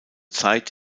zeit